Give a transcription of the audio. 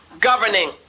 governing